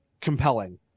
compelling